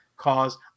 cause